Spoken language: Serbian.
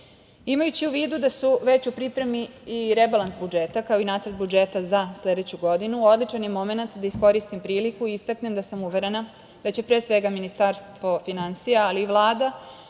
u vidu da su već u pripremi i rebalans budžeta, kao i nacrt budžeta za sledeću godinu, odličan je momenat da iskoristim priliku i istaknem da sam uverena da će pre svega Ministarstvo finansija, ali i Vlada